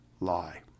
lie